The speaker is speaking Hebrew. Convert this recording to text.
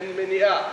אין מניעה.